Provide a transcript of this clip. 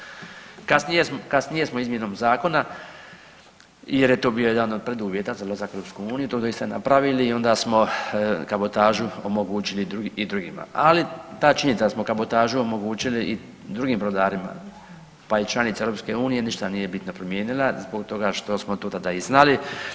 Kasnije smo, kasnije smo izmjenom zakona jer je to bio jedan od preduvjeta za ulazak u EU, to bi se napravili i onda smo kabotažu omogućili i drugima, ali ta činjenica s kabotažom omogućili i drugim brodarima, pa i članica EU ništa nije bitno promijenila zbog toga što smo to tada i znali.